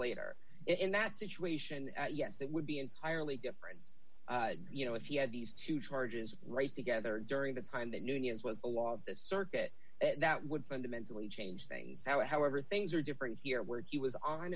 later in that situation yes that would be entirely different you know if you had these two charges right together during the time that new year's was the law of the circuit that would fundamentally change things so however things are different here where he was on